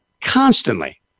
constantly